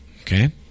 Okay